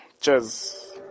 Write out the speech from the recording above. Cheers